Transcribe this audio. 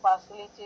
facilities